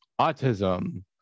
autism